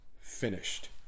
finished